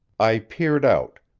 i peered out,